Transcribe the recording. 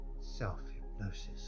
Self-hypnosis